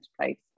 place